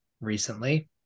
recently